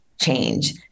change